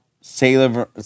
Sailor